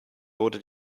wurde